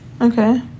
okay